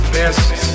best